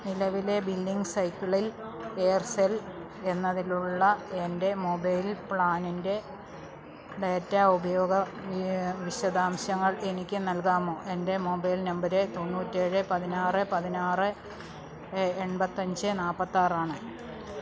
നിലവിലെ ബില്ലിംഗ് സൈക്കിളിൽ എയർസെൽ എന്നതിലുള്ള എൻ്റെ മൊബൈൽ പ്ലാനിൻ്റെ ഡാറ്റ ഉപയോഗ വിശദാംശങ്ങൾ എനിക്ക് നൽകാമോ എൻ്റെ മൊബൈൽ നമ്പർ തൊണ്ണൂറ്റേഴ് പതിനാറ് പതിനാറ് എൺപത്തഞ്ച് നാൽപ്പത്താറാണ്